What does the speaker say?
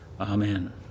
Amen